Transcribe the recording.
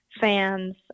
fans